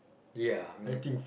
ya I mean